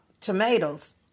tomatoes